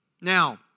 Now